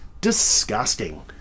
Disgusting